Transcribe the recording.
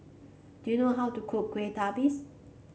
do you know how to cook Kueh Lapis